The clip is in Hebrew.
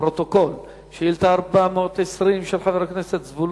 לביטחון פנים ביום כ"ד בחשוון